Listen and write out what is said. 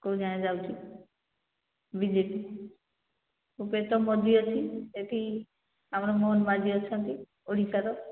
କୋଉ ଯାଏଁ ଯାଉଛି ବି ଜେ ପି ଅଛି ସେଠି ଆମର ମୋହନ ମାଝି ଅଛନ୍ତି ଓଡ଼ିଶାର